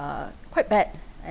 quite bad a~